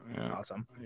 Awesome